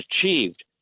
achieved